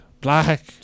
Black